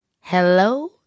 Hello